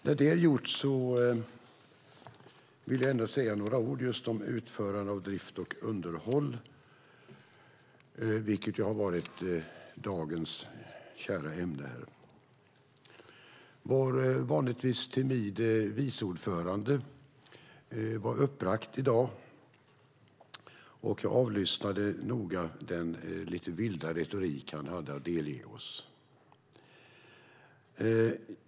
När det är gjort vill jag ändå säga några ord just om utförande av drift och underhåll, vilket har varit dagens kära ämne. Vår vanligtvis timida vice ordförande var uppbragt i dag. Jag avlyssnade noga den lite vilda retorik han hade att delge oss.